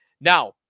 Now